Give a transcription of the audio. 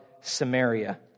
Samaria